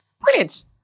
brilliant